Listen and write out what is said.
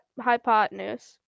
hypotenuse